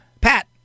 Pat